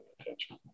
attention